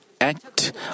act